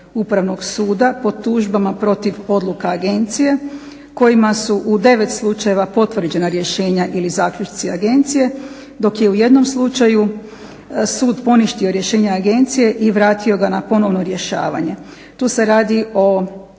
Upravnog suda po tužbama protiv odluka agencije kojima su u 9 slučajeva potvrđena rješenja ili zaključci agencije dok je u jednom slučaju sud poništio rješenja agencije i vratio ga na ponovno rješavanje. Tu se radi o